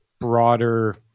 broader